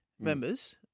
members